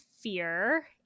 fear